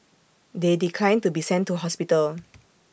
they declined to be sent to hospital